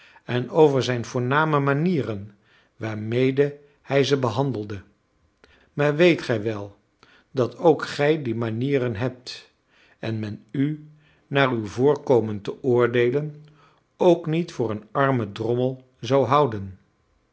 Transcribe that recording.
en over zijn voorname manieren waarmede hij ze behandelde maar weet gij wel dat ook gij die manieren hebt en men u naar uw voorkomen te oordeelen ook niet voor een armen drommel zou houden